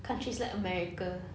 countries like america